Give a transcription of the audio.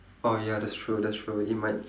oh ya that's true that's true it might